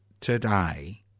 today